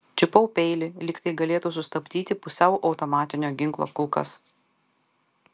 čiupau peilį lyg tai galėtų sustabdyti pusiau automatinio ginklo kulkas